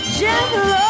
gentle